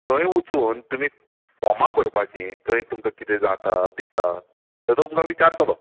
थंय वचून तुमी फोर्मां भरपाची थंय तुमका कितें जाता बिता तें तुमकां विचारतलो